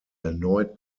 erneut